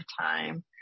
time